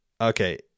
Okay